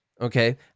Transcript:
okay